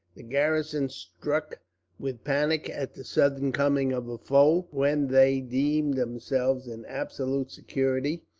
the garrison, struck with panic at the sudden coming of a foe, when they deemed themselves in absolute security,